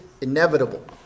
inevitable